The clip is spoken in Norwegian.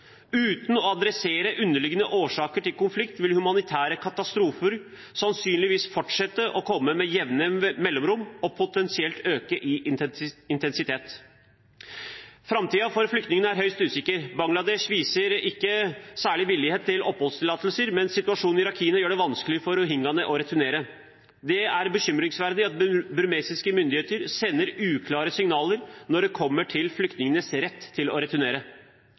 Uten å adressere underliggende årsaker til konflikt vil humanitære katastrofer sannsynligvis fortsette å komme med jevne mellomrom og potensielt øke i intensitet. Framtiden for flyktningene er høyst usikker. Bangladesh viser ikke særlig vilje til å gi oppholdstillatelser, mens situasjonen i Rakhine gjør det vanskelig for rohingyaene å returnere. Det er bekymringsfullt at burmesiske myndigheter sender uklare signaler når det kommer til flyktningenes rett til å returnere.